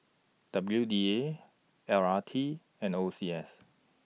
W D A L R T and O C S